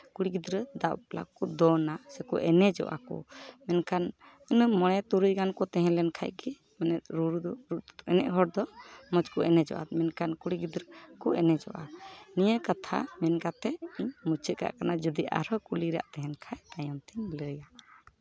ᱠᱩᱲᱤ ᱜᱤᱫᱽᱨᱟᱹ ᱫᱟᱜ ᱵᱟᱯᱞᱟ ᱠᱚ ᱫᱚᱱᱟ ᱥᱮᱠᱚ ᱮᱱᱮᱡᱚᱜᱼᱟ ᱠᱚ ᱢᱮᱱᱠᱷᱟᱱ ᱤᱱᱟᱹ ᱢᱚᱬᱮ ᱛᱩᱨᱩᱭ ᱜᱟᱱ ᱠᱚ ᱛᱮᱦᱮᱸ ᱞᱮᱱᱠᱷᱟᱡ ᱜᱮ ᱢᱟᱱᱮ ᱨᱩᱻᱨᱩ ᱮᱱᱮᱡ ᱦᱚᱲ ᱫᱚ ᱢᱚᱡᱽ ᱠᱚ ᱮᱱᱮᱡᱚᱜᱼᱟ ᱢᱮᱱᱠᱷᱟᱱ ᱠᱩᱲᱤ ᱜᱤᱫᱽᱨᱟᱹ ᱠᱚ ᱮᱱᱮᱡᱚᱜᱼᱟ ᱱᱤᱭᱟᱹ ᱠᱟᱛᱷᱟ ᱢᱮᱱ ᱠᱟᱛᱮ ᱤᱧ ᱢᱩᱪᱟᱹᱫ ᱠᱟᱜ ᱠᱟᱱᱟ ᱡᱩᱫᱤ ᱟᱨᱦᱚᱸ ᱠᱩᱞᱤ ᱨᱮᱭᱟᱜ ᱛᱟᱦᱮᱱ ᱛᱷᱟᱡ ᱛᱟᱭᱚᱢ ᱛᱮᱧ ᱞᱟᱹᱭᱟ